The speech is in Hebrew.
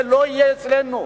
זה לא יהיה אצלנו,